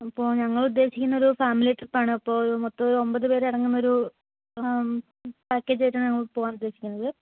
അപ്പോൾ ഞങ്ങൾ ഉദ്ദേശിക്കുന്നത് ഒരു ഫാമിലി ട്രിപ്പ് ആണ് അപ്പോൾ മൊത്തം ഒരു ഒമ്പത് പേര് അടങ്ങുന്ന ഒരു പാക്കേജ് ആയിട്ടാണ് ഞങ്ങൾ പോകാൻ ഉദ്ദേശിക്കുന്നത്